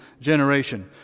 generation